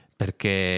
perché